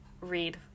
read